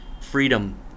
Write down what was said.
Freedom